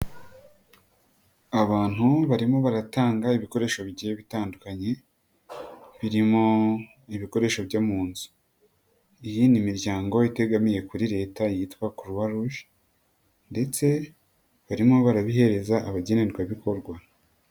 Abantu barimo baratanga ibikoresho bigiye bitandukanye birimo ibikoresho byo mu nzu, iyi ni imiryango itegamiye kuri leta yitwa Croix Rouge ndetse barimo barabihereza abagenerwabikorwa.